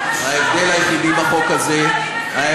מה קשור --- ההבדל היחידי בחוק הזה --- מה לא דמוקרטי בזה?